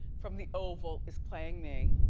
from the oval, is playing me.